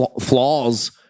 flaws